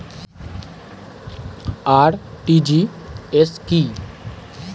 RTGS কি?